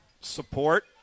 support